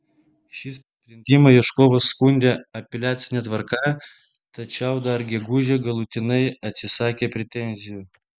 šį sprendimą ieškovas skundė apeliacine tvarka tačiau dar gegužę galutinai atsisakė pretenzijų